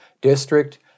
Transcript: district